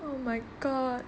oh my god